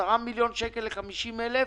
10 מיליון שקל ל-50,000